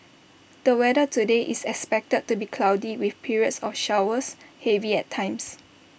the weather today is expected to be cloudy with periods of showers heavy at times